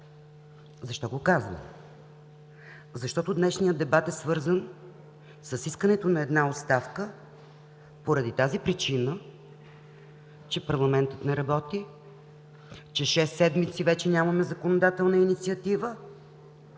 Защо го казвам? Защото днешният дебат е свързан с искането за една оставка поради тази причина, че парламентът не работи, че шест седмици вече нямаме законодателна инициатива